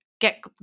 get